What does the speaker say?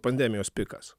pandemijos pikas